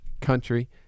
country